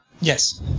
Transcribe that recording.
Yes